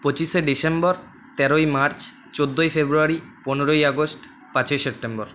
পঁচিশে ডিসেম্বর তেরোই মার্চ চোদ্দোই ফেব্রুয়ারি পনেরোই আগস্ট পাঁচই সেপ্টেম্বর